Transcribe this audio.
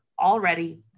already